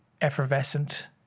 effervescent